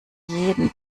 jeden